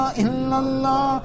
illallah